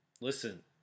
listen